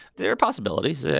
there are possibilities. ah